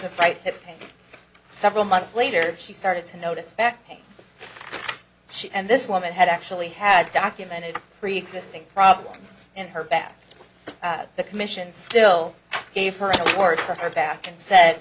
the fight several months later she started to notice fact she and this woman had actually had documented preexisting problems and her back to the commission still gave her a word for her back and said